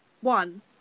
one